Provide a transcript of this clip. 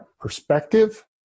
perspective